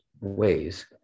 ways